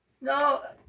No